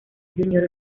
júnior